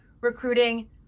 recruiting